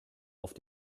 auf